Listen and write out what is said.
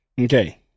Okay